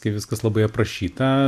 kai viskas labai aprašyta